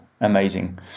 amazing